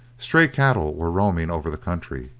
stray cattle were roaming over the country,